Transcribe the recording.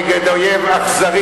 כאשר אנחנו במלחמה נגד אויב אכזרי,